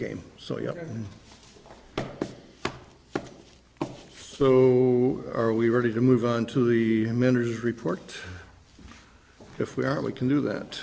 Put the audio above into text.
game so you know so are we ready to move on to the mentors report if we are we can do that